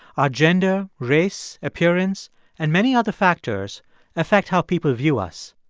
our gender, race, appearance and many other factors affect how people view us.